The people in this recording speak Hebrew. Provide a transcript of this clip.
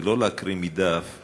ולא להקריא תשובה מדף,